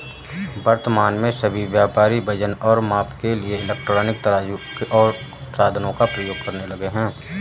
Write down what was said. वर्तमान में सभी व्यापारी वजन और माप के लिए इलेक्ट्रॉनिक तराजू ओर साधनों का प्रयोग करने लगे हैं